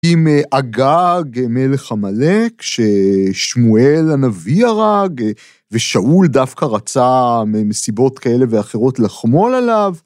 עם אגג מלך עמלק ששמואל הנביא הרג, ושאול דווקא רצה מסיבות כאלה ואחרות לחמול עליו.